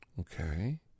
Okay